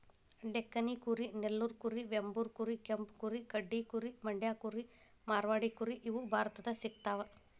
ಡೆಕ್ಕನಿ ಕುರಿ ನೆಲ್ಲೂರು ಕುರಿ ವೆಂಬೂರ್ ಕುರಿ ಕೆಂಪು ಕುರಿ ಗಡ್ಡಿ ಕುರಿ ಮಂಡ್ಯ ಕುರಿ ಮಾರ್ವಾಡಿ ಕುರಿ ಇವು ಭಾರತದಾಗ ಸಿಗ್ತಾವ